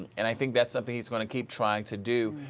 and i think that something is going to keep trying to do.